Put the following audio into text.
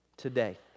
Today